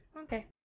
Okay